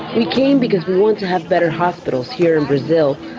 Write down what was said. we came because we want to have better hospitals here in brazil.